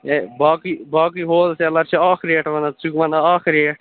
ہے باقٕے باقٕے wholesaler چھِ اَکھ ریٹ وَنان ژٕ چھُکھ وَنان اَکھ ریٹ